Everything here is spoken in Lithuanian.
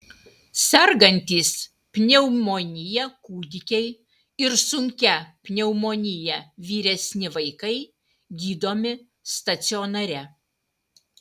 sergantys pneumonija kūdikiai ir sunkia pneumonija vyresni vaikai gydomi stacionare